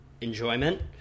enjoyment